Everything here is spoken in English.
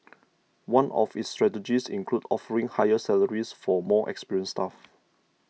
one of its strategies includes offering higher salaries for more experienced staff